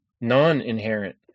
non-inherent